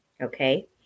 Okay